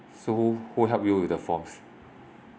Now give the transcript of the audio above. so who helped you with the forms